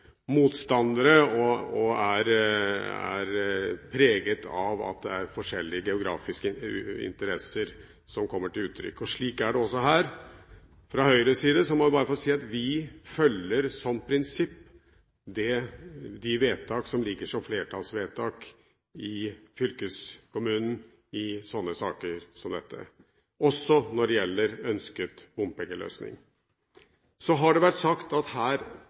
motstandere og er preget av at forskjellige geografiske interesser kommer til uttrykk. Slik er det også her. Fra Høyres side må jeg få si at vi i saker som dette som prinsipp følger de vedtak som ligger som flertallsvedtak i fylkeskommunen, også når det gjelder ønsket bompengeløsning. Så har det vært sagt at det blir store finansieringskostnader her.